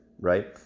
right